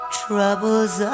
troubles